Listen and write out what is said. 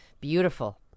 beautiful